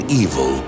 evil